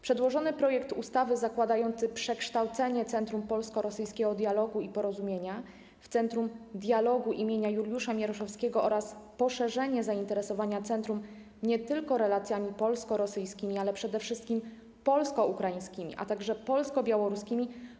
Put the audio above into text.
Przedłożony projekt ustawy zakłada przekształcenie Centrum Polsko-Rosyjskiego Dialogu i Porozumienia w Centrum Dialogu im. Juliusza Mieroszewskiego oraz poszerzenie zainteresowania centrum tak, aby zajmowało się nie tylko relacjami polsko-rosyjskimi, ale przede wszystkim polsko-ukraińskimi, a także polsko-białoruskimi.